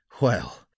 Well